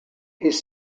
his